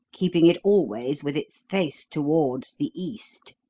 keeping it always with its face towards the east.